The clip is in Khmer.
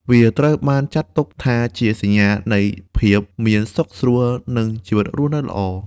វាត្រូវបានចាត់ទុកថាជាសញ្ញានៃភាពមានសុខស្រួល និងជីវិតរស់នៅល្អ។